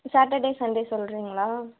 Saturday Sunday சொல்லுறீங்களா